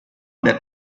that